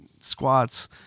squats